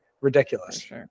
Ridiculous